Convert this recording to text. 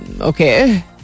Okay